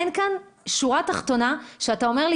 אין כאן שורה תחתונה שבה אתה אומר לי